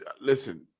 listen